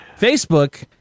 Facebook